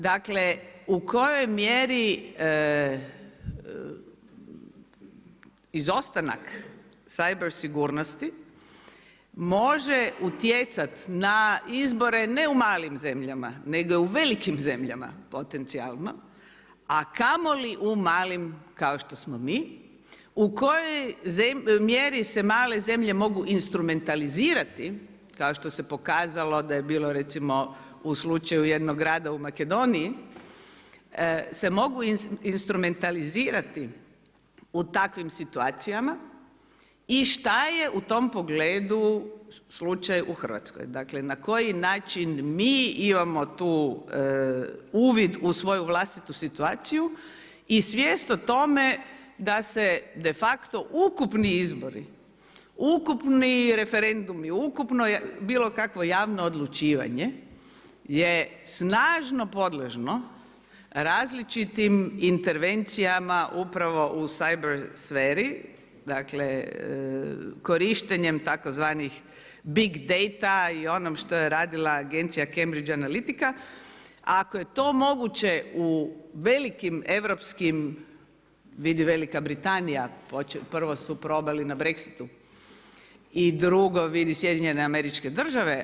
Dakle u kojoj mjeri izostanak cyber sigurnosti može utjecati na izbore ne u malim zemljama, nego u velikim zemljama potencijalno, a kamoli u malim kao što smo mi u kojoj mjeri se male zemlje mogu instrumentalizirati kao što se pokazalo da je bilo recimo u slučaju jednog rada u Makedoniji, se mogu instrumentalizirati u takvim situacijama i šta je Dakle, na koji način mi imamo tu uvid u svoju vlastitu situaciju i svijet o tome, da se de facto, ukupni izbori, ukupni referendumi, ukupno bilo kakvo javno odlučivanje, je snažno podložno različitim intervencijama upravo u … dakle, korištenje tzv. Big dejta i onoga što je radila agencija Cambridge analitika, ako je to moguće u velikim europskim, vidi Velika Britanija, prvo su probali na Brexitu i drugu vidi SAD.